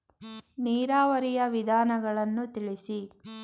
ನೀರಾವರಿಯ ವಿಧಾನಗಳನ್ನು ತಿಳಿಸಿ?